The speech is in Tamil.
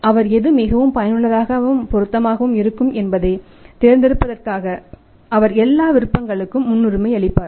அவர் எது மிகவும் பயனுள்ளதாகவும் பொருத்தமாகவும் இருக்கும் என்பதை தேர்ந்தெடுப்பதற்காக அவர் எல்லா விருப்பங்களுக்கும் முன்னுரிமை அளிப்பார்